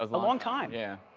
a long time. yeah.